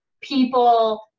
people